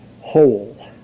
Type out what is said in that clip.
whole